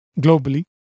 globally